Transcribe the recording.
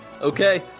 Okay